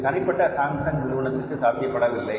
இது தனிப்பட்ட சாம்சங் நிறுவனத்திற்கு சாத்தியமில்லை